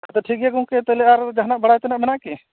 ᱦᱮᱸ ᱛᱚ ᱴᱷᱤᱠ ᱜᱮᱭᱟ ᱜᱚᱢᱠᱮ ᱛᱟᱦᱚᱞᱮ ᱟᱨ ᱡᱟᱦᱟᱸ ᱱᱟᱜ ᱵᱟᱲᱟᱭ ᱛᱮᱱᱟᱜ ᱢᱮᱱᱟᱜᱼᱟ ᱠᱤ